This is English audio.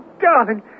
darling